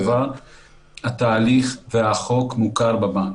אבל בסופו של דבר התהליך והחוק מוכרים בבנקים.